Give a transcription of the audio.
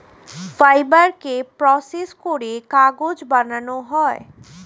ফাইবারকে প্রসেস করে কাগজ বানানো হয়